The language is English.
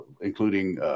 including